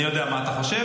אני יודע מה אתה חושב,